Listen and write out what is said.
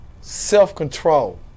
Self-control